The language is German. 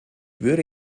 würde